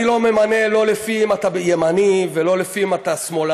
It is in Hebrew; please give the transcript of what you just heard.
אני לא ממנה לא לפי אם אתה ימני ולא לפי אם אתה שמאלני.